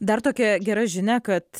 dar tokia gera žinia kad